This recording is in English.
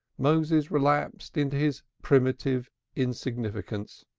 moses relapsed into his primitive insignificance,